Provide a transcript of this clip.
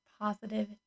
positive